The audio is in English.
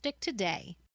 today